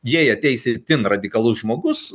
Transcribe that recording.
jei ateis itin radikalus žmogus